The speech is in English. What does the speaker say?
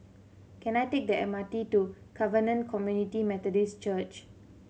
can I take the M R T to Covenant Community Methodist Church